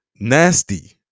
Nasty